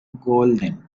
golden